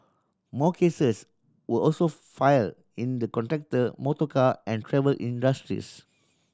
more cases were also file in the contractor motorcar and travel industries